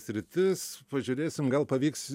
sritis pažiūrėsim gal pavyks